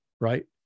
right